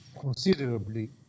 considerably